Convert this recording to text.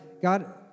God